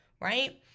right